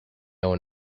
own